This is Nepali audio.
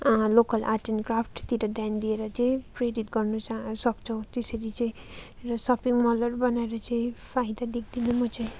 लोकल आर्ट एन्ड क्राफ्टतिर ध्यान दिएर चाहिँ प्रेरित गर्नु चाहिँ सक्छौँ त्यसरी चाहिँ र सपिङ मलहरू बनाएर चाहिँ फाइदा देख्दिनँ म चाहिँ